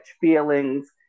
feelings